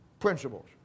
principles